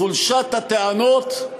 מחולשת הטענות,